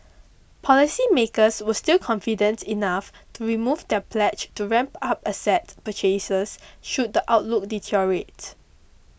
policy makers were still confident enough to remove their pledge to ramp up asset purchases should the outlook deteriorate